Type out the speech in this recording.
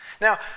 Now